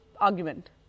argument